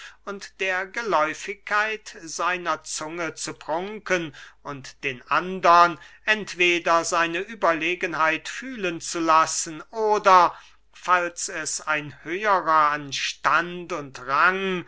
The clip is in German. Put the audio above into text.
und der geläufigkeit seiner zunge zu prunken und den andern entweder seine überlegenheit fühlen zu lassen oder falls es ein höherer an stand und rang